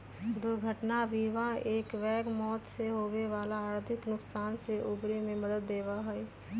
दुर्घटना बीमा एकबैग मौत से होवे वाला आर्थिक नुकसान से उबरे में मदद देवा हई